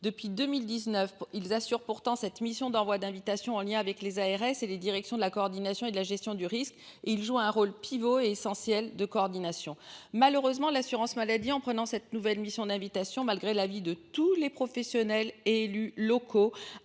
depuis 2019. Ils assurent pourtant cette mission d'envoi d'invitation en lien avec les ARS et les directions de la coordination et de la gestion du risque. Il joue un rôle pivot est essentiel de coordination. Malheureusement, l'assurance maladie en prenant cette nouvelle mission d'invitation malgré l'avis de tous les professionnels et élus locaux